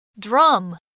Drum